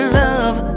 love